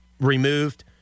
removed